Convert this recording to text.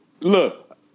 look